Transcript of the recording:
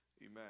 Amen